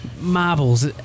Marbles